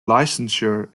licensure